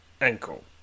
ankle